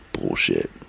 bullshit